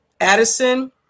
Addison